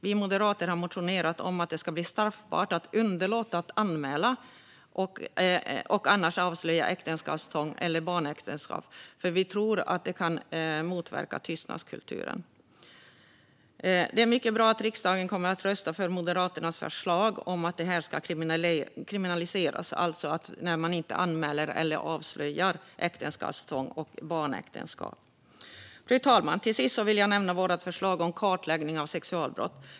Vi moderater har motionerat om att det ska bli straffbart att underlåta att anmäla eller annars avslöja äktenskapstvång och barnäktenskap, för vi tror att det kan motverka tystnadskulturen. Det är mycket bra att riksdagen kommer att rösta för Moderaternas förslag att det ska kriminaliseras att inte anmäla eller avslöja äktenskapstvång och barnäktenskap. Fru talman! Till sist vill jag nämna vårt förslag om kartläggning av sexualbrotten.